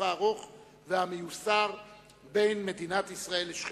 הארוך והמיוסר בין מדינת ישראל לשכנותיה.